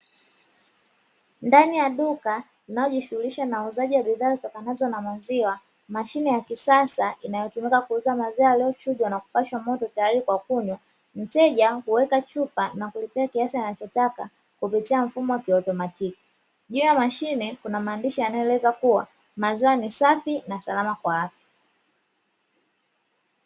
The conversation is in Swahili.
Ndani ya duka inayojishughulisha na wauzaji wa bidhaa zitakazo na maziwa, mashine ya kisasa inayotumika kuuza maziwa yaliyochujwa na kupashwa moto tayari kwa kunywa, mteja kuweka chupa na kulipa kiasi anachotaka kupitia mfumo wa kiatomatiki, juu ya mashine kuna maandishi yanayoeleza kuwa mazani safi na salama kwa afya.